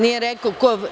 Ne, nije rekao ko.